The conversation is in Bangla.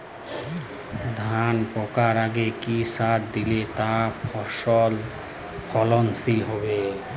ধান পাকার আগে কি সার দিলে তা ফলনশীল হবে?